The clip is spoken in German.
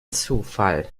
zufall